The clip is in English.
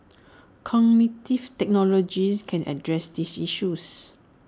cognitive technologies can address these issues